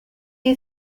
you